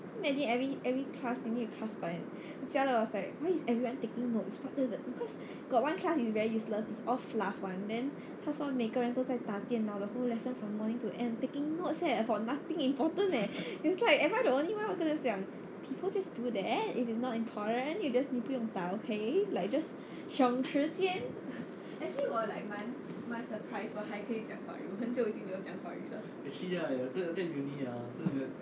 can you imagine every every class you need to pass by jia le was like why is everyone taking notes because got one class is very useless is of fluff [one] then 他说每个人都在打电脑 the whole lesson from morning to end taking notes eh for nothing important leh he's just like am I the only one 我就讲 people just do that if it's not important you just 你不用打 okay like just 省时间 actually 我 like 蛮蛮 surprised 我还可以讲华语我很久已经没有讲华语了